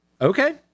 Okay